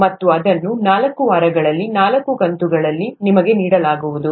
ಮತ್ತು ಇದನ್ನು ನಾಲ್ಕು ವಾರಗಳಲ್ಲಿ ನಾಲ್ಕು ಕಂತುಗಳಲ್ಲಿ ನಿಮಗೆ ನೀಡಲಾಗುವುದು